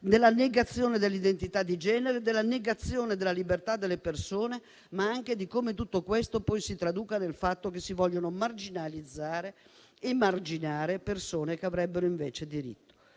sessuali, dell'identità di genere e della libertà delle persone, ma anche di come tutto questo poi si traduca nel fatto che si vogliono marginalizzare ed emarginare persone che avrebbero invece diritti.